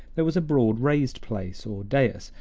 there was a broad raised place, or dais,